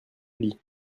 lis